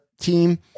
team